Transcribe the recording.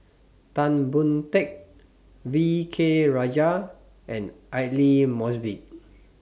Tan Boon Teik V K Rajah and Aidli Mosbit